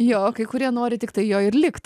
jo kai kurie nori tiktai joj ir likt